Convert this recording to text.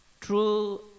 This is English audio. true